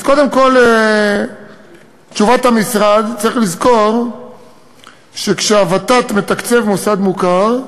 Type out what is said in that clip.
קודם כול תשובת המשרד: צריך לזכור שכשהוות"ת מתקצב מוסד מוכר,